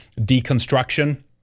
deconstruction